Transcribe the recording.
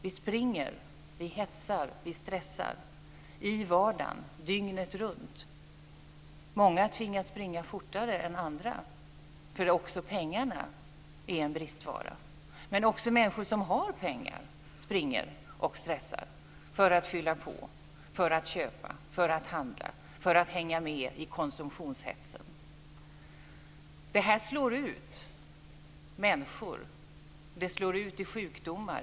Vi springer, hetsar och stressar i vardagen dygnet runt. Många tvingas springa fortare än andra eftersom också pengarna är en bristvara. Men även människor som har pengar springer och stressar för att fylla på, köpa, handla och hänga med i konsumtionshetsen. Det här slår ut människor. Det slår ut i sjukdomar.